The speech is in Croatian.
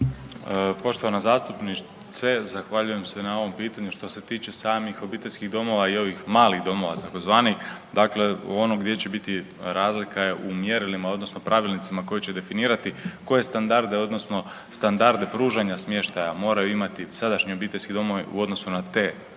Poštovana zastupnice zahvaljujem se na ovom pitanju. Što se tiče samih obiteljskih domova i ovih malih domova tzv. dakle u onom gdje će biti razlika je u mjerilima odnosno pravilnicima koji će definirati koje standarde odnosno standarde pružanja smještaja moraju imati sadašnji obiteljski domovi u odnosu na te buduće